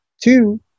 Two